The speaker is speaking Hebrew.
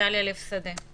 דליה לב שדה.